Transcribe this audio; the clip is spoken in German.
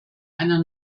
einer